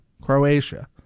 Croatia